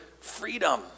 freedom